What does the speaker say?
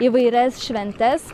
įvairias šventes